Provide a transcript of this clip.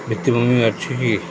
ଭିତ୍ତିଭୂମି ଅଛି କି